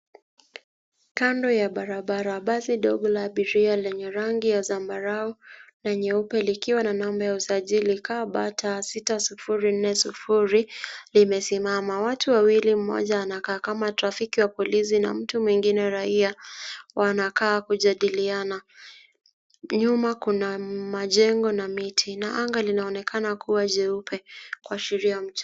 Kando ya barabara basi dogo la abiria lenye rangi ya zambarau na nyeupe likiwa na namba ya usajili KBT 6040 limesimama. Watu wawili mmoja anakaa kama trafiki wa poilisi na mtu mwingine raia wanakaa kujadiliana. Nyuma kuna majengo na miti na anga linaonekana kuwa jeupe kuashiria mji.